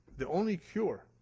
the only cure,